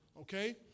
okay